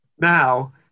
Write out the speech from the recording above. Now